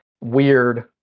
weird